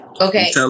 Okay